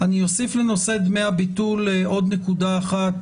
אני אוסיף לנושא דמי הביטול עוד נקודה אחת,